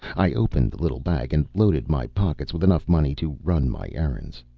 i opened the little bag and loaded my pockets with enough money to run my errands.